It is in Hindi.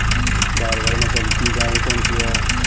भारवाही नस्ल की गायें कौन सी हैं?